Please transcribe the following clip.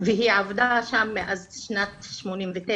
והיא עבדה שם מאז שנת 89',